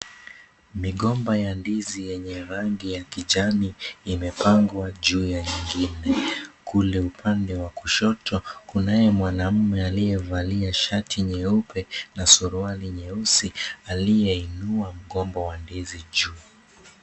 Migomba ya ndizi yenye rangi ya kijani imepangwa juu ya nyingine kule upande wa kushoto, kunaye mwanaume aliyevalia shati nyeupe na suruali nyeusi aliyeinuwa mgomba wa ndizi juu.